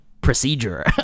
procedure